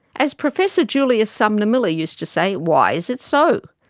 as professor julius sumner-miller used to say why is it so?